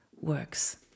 works